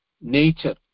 nature